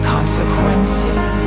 Consequences